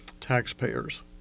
Taxpayers